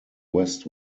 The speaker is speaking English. west